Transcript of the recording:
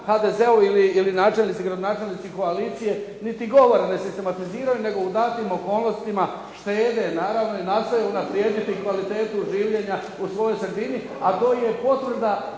HDZ-ovi ili načelnici, gradonačelnici koalicije niti govora ne sistematiziraju nego u datim okolnostima štede naravno i nastoje unaprijediti kvalitetu življenja u svojoj sredini, a to je potvrda